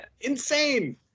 Insane